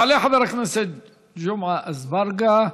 יעלה חבר הכנסת ג'ומעה אזברגה,